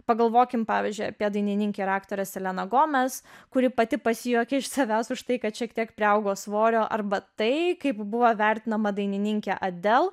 pagalvokime pavyzdžiui apie dainininkę ir aktorė selena gomes kuri pati pasijuokė iš savęs už tai kad šiek tiek priaugo svorio arba tai kaip buvo vertinama dainininkė adele